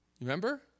Remember